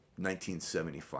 1975